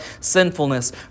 sinfulness